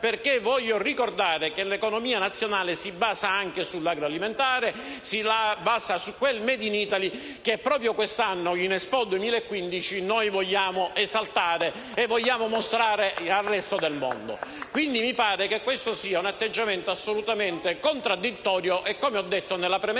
perché voglio ricordare che l'economia nazionale si basa anche sull'agroalimentare e su quel *made in Italy* che proprio quest'anno, in Expo 2015, noi vogliamo esaltare e vogliamo mostrare al resto del mondo. *(Applausi del senatore Albertini).* Mi pare quindi che questo sia un atteggiamento assolutamente contraddittorio e, come ho detto nella premessa